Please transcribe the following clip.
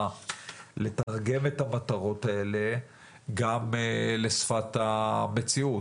לתרגם את המטרות האלה גם לשפת המציאות,